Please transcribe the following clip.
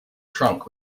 trunk